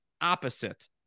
opposite